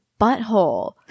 butthole